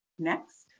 next.